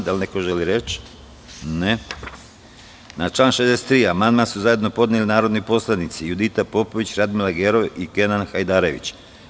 Da li neko želi reč? (Ne) Na član 63. amandman su zajedno podneli narodni poslanici Judita Popović, Radmila Gerov i Kenan Hajdarević.